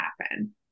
happen